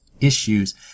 issues